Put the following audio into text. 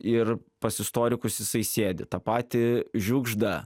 ir pas istorikus jisai sėdi tą patį žiugždą